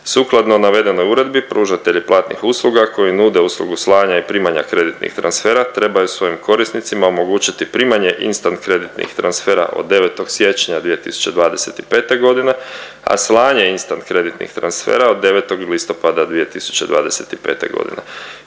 Sukladno navedenoj uredbi pružatelji platnih usluga koji nude uslugu slanja i primanja kreditnih transfera, trebaju svojim korisnicima omogućiti primanje instant kreditnih transfera od 09. siječnja 2025. godine, a slanje instant kreditnih transfera od 09. listopada 2025. godine.